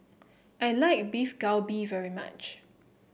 I like Beef Galbi very much